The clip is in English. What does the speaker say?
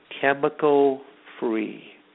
chemical-free